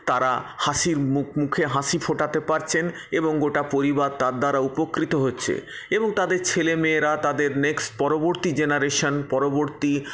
তারা হাসি মুখে হাসি ফোটাতে পারছেন এবং গোটা পরিবার তার দ্বারা উপকৃত হচ্ছে এবং তাদের ছেলেমেয়েরা তাদের নেক্সট পরবর্তী জেনারেশন পরবর্তী